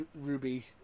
Ruby